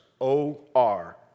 O-R